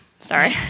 Sorry